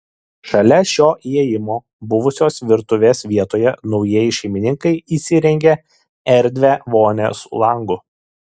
šalia šio įėjimo buvusios virtuvės vietoje naujieji šeimininkai įsirengė erdvią vonią su langu